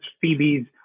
Phoebe's